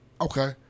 Okay